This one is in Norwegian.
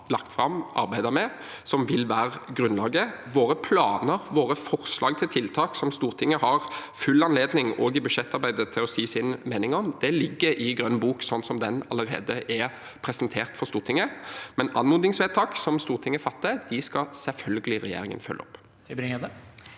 lagt fram og arbeidet med, som vil være grunnlaget. Våre planer, våre forslag til tiltak, som Stortinget har full anledning også i budsjettarbeidet til å si sin mening om, ligger i Grønn bok, sånn som den allerede er presentert for Stortinget. Men anmodningsvedtak som Stortinget fatter, skal selvfølgelig regjeringen følge opp.